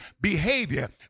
behavior